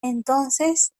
entonces